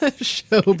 Show